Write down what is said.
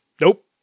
Nope